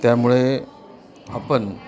त्यामुळे आपण